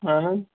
اہن حظ